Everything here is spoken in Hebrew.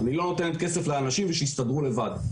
אני לא נותנת כסף לאנשים ושיסתדרו לבד.